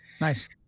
Nice